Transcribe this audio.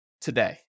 today